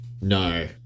No